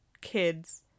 kids